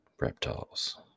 reptiles